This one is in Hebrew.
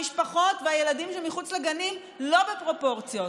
המשפחות והילדים שמחוץ לגנים לא בפרופורציות.